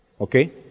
Okay